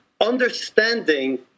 understanding—